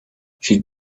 she